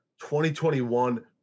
2021